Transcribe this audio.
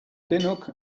denok